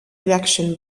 election